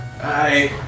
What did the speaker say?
Hi